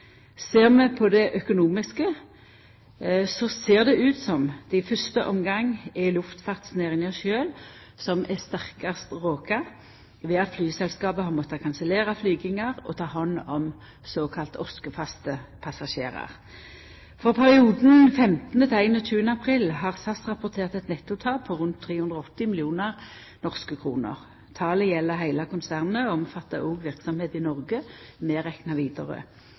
Ser vi på det økonomiske, ser det ut som det i fyrste omgang er luftfartsnæringa sjølv som er sterkast råka, ved at flyselskapa har måtta kansellera flygingar og ta hand om såkalla oskefaste passasjerar. For perioden 15.–21. april har SAS rapportert eit nettotap på rundt 380 mill. norske kroner. Talet gjeld heile konsernet og omfattar òg verksemd i Noreg,